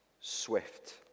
swift